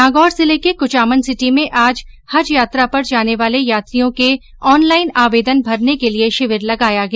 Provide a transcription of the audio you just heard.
नागौर जिले के कुचामन सिटी में आज हज यात्रा पर जाने वाले यात्रियों के ऑनलाइन आवेदन भरने के लिये शिविर लगाया गया